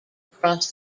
across